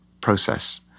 process